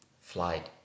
flight